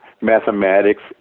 mathematics